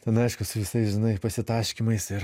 ten aišku su visais žinai pasitaškymais ir